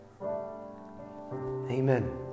Amen